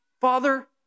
Father